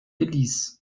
belize